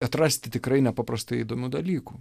atrasti tikrai nepaprastai įdomių dalykų